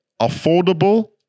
affordable